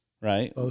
Right